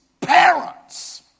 parents